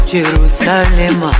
Jerusalem